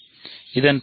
இதன் பொருள் a0